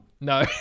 No